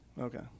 Okay